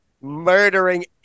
murdering